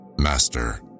Master